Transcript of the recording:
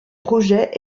projet